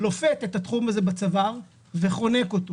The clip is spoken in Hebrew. לופת את התחום הזה בצוואר וחונק אותו.